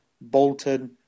Bolton